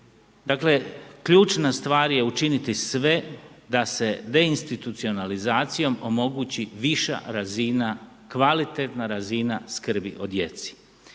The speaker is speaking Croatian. Dakle, ključna stvar je učiniti sve da se deinstitucionalizacijom omogući viša razina, kvalitetna razina skrbi o djeci.